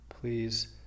please